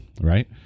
Right